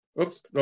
Oops